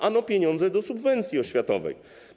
Ano pieniądze z subwencji oświatowej.